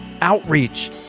outreach